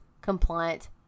compliant